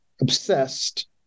obsessed